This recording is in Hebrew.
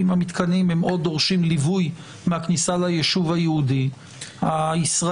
אם המתקנים או דורשים ליווי מהכניסה ליישוב היהודי הישראלי,